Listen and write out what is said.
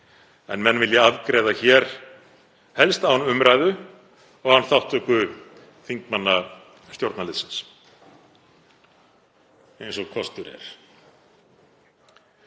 En menn vilja afgreiða það hér helst án umræðu og án þátttöku þingmanna stjórnarliðsins eins og kostur er.